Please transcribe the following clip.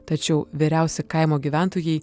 tačiau vyriausi kaimo gyventojai